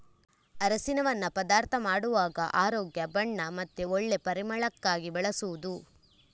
ಅರಸಿನವನ್ನ ಪದಾರ್ಥ ಮಾಡುವಾಗ ಆರೋಗ್ಯ, ಬಣ್ಣ ಮತ್ತೆ ಒಳ್ಳೆ ಪರಿಮಳಕ್ಕಾಗಿ ಬಳಸುದು